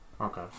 Okay